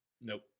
Nope